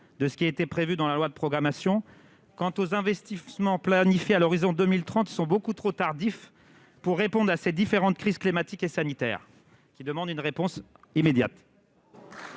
de ce qui était prévu dans la loi de programmation de la recherche. Quant aux investissements planifiés à l'horizon 2030, ils sont beaucoup trop tardifs pour répondre aux différentes crises climatiques et sanitaires, qui appellent une réaction immédiate.